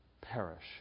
perish